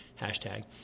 hashtag